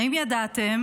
האם ידעתם